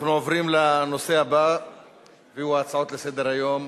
אנחנו עוברים לנושא הבא והוא הצעות לסדר-היום.